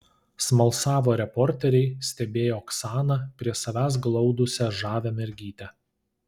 smalsavo reporteriai stebėję oksaną prie savęs glaudusią žavią mergytę